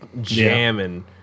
jamming